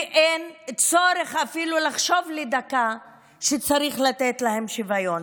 ואין צורך אפילו לחשוב לדקה שצריך לתת להם שוויון,